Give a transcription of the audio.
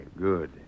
Good